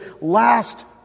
last